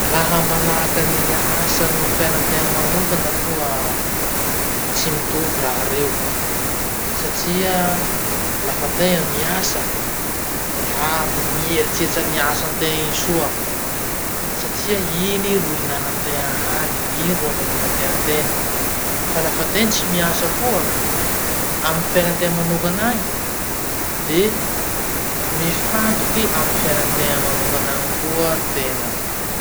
Laha manahaky any asa no fiainantena manokana aloha tsy mitovy raha reo satria lafa tegna miasa, la mieritseritsy any asantegna iny soa, satria iny ro ihinanantegna hany, igny ro amelomantegna tegna. Fa lafa tegna tsy miasa koa, amy fiainantegna manokan'agny, de mifantoky amy fiainantegna manokan'agny koa tena.